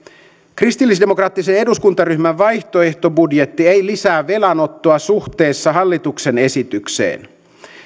kristillisdemokraattisen eduskuntaryhmän vaihtoehtobudjetti ei lisää velanottoa suhteessa hallituksen esitykseen